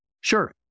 Sure